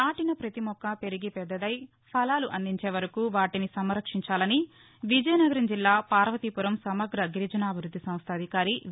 నాటిన ప్రతి మొక్క పెరిగి పెద్దదై ఫలాలు అందించే వరకూ వాటిని సంరక్షించాలని విజయనగరం జిల్లా పార్వతీపురం సమగ్ర గిరిజనాభివృద్ది సంస్ద అధికారి వి